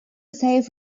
save